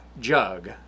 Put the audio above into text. jug